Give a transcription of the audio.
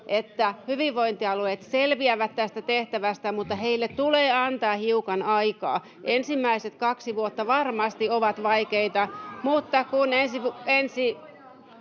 että hyvinvointialueet selviävät tästä tehtävästään, mutta heille tulee antaa hiukan aikaa. Ensimmäiset kaksi vuotta varmasti ovat vaikeita, mutta kun saamme